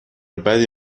بدی